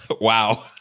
Wow